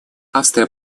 австрия